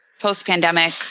post-pandemic